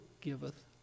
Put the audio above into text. giveth